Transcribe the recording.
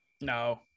No